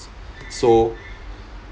so